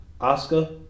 Oscar